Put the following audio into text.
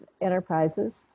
Enterprises